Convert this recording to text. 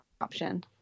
option